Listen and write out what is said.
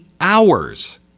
hours